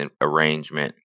arrangement